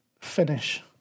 finish